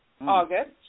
August